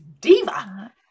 diva